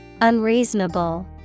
Unreasonable